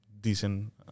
decent